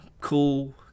cool